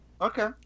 Okay